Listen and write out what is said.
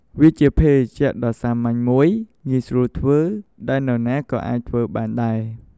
វាជាភេសជ្ជៈដ៏សាមញ្ញមួយ ងាយស្រួលធ្វើ ដែលនរណាក៏អាចធ្វើបានដែរ។